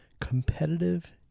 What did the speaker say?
Competitive